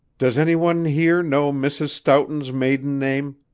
does any one here know mrs. stoughton's maiden name?